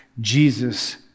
Jesus